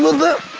look